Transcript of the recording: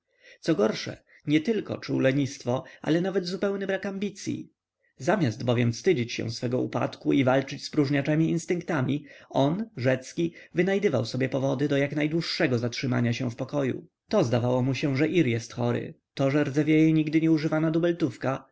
co gorsze nietylko czuł lenistwo ale nawet zupełny brak ambicyi zamiast bowiem wstydzić się swego upadku i walczyć z próżniaczemi instynktami on rzecki wynajdywał sobie powody do jak najdłuższego zatrzymania się w pokoju to zdawało mu się że ir jest chory to że rdzewieje nigdy nieużywana dubeltówka to znowu że